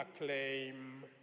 acclaim